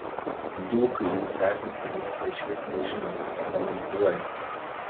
duchai jūs esat ir nieko išvis nežinot o komentuojat